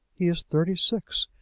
he is thirty-six,